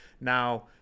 now